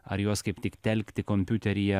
ar juos kaip tik telkti kompiuteryje